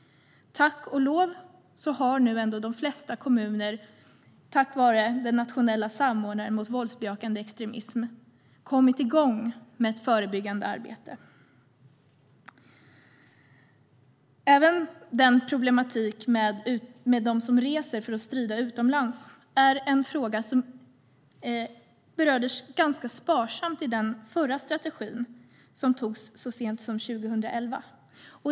Tack och lov har nu ändå de flesta kommuner tack vare den nationella samordnaren mot våldsbejakande extremism kommit igång med ett förebyggande arbete. Även denna problematik med att personer reser för att strida utomlands är en fråga som berördes ganska sparsamt i den förra strategin, som togs fram så sent som 2011.